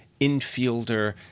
infielder